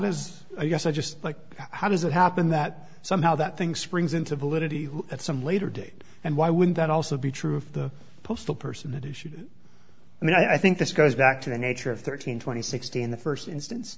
does a yes i just like how does it happen that somehow that thing springs into validity at some later date and why wouldn't that also be true for the postal person at issue and i think this goes back to the nature of thirteen twenty sixty in the first instance